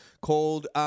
called